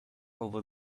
over